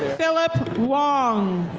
philip wong.